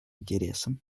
интересам